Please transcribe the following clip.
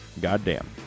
Goddamn